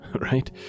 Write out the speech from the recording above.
Right